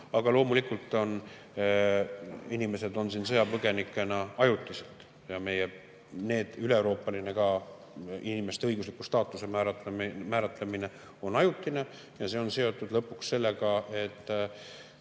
Aga loomulikult on inimesed siin sõjapõgenikena ajutiselt ja ka meie üleeuroopaline inimeste õigusliku staatuse määratlemine on ajutine. See on seotud lõpuks sellega, et